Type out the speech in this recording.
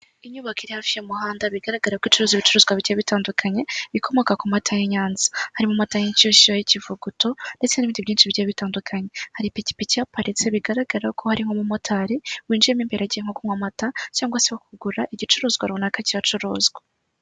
Inyubako iri hafi y'umuhanda, bigaragara ko icuruza ibicuruzwa bigiye bitandukanye bikomoka ku mata y'i Nyanza, harimo amata y'inshyushyu, ay'ikivuguto ndetse n'ibindi byinshi bigiye bitandukanye, hari ipikipiki ihaparitse bigaragara ko hari nk'umumotari, winjiyemo imbere agiye nko kunywa amata cyangwa se nko kugura igicuruzwa runaka kihacuruzwa.